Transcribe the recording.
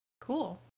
cool